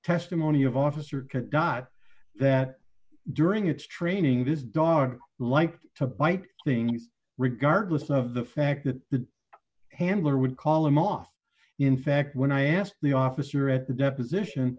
testimony of officer kit dot that during its training this dog liked to bite thing regardless of the fact that the handler would call him off in fact when i asked the officer at the deposition